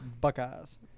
Buckeyes